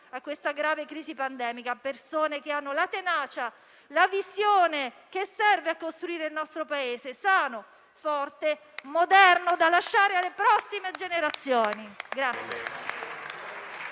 a questa grave crisi pandemica. Persone che hanno la tenacia e la visione che serve a costruire un Paese sano, forte, moderno da lasciare alle prossime generazioni.